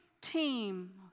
team